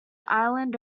ireland